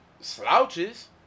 slouches